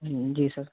جی سر